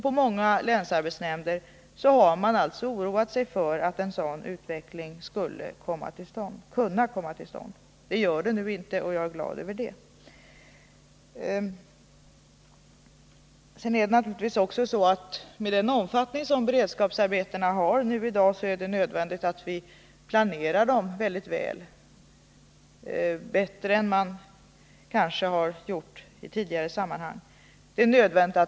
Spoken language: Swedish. På många länsarbetsnämnder har man alltså oroat sig för att en sådan utveckling skulle kunna komma till stånd. Så blir nu inte fallet, och jag är glad över det. Med den omfattning som beredskapsarbetena nu har är det nödvändigt att vi planerar dem mycket väl — bättre än man kanske har gjort i tidigare sammanhang.